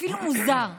אפילו מוזר,